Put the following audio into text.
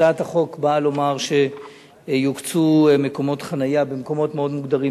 הצעת החוק באה לומר שיוקצו מקומות חנייה במקומות מאוד מוגדרים.